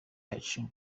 yacu